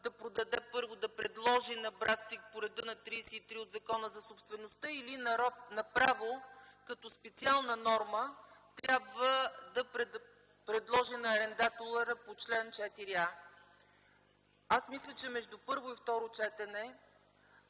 да продаде, първо да предложи на брат си, по реда на чл. 33 от Закона за собствеността или направо като специална норма трябва да предложи на арендатора по чл. 4а? Аз мисля, че между първо и второ четене